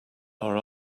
our